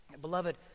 Beloved